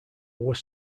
were